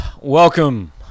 Welcome